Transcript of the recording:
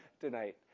tonight